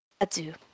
Adieu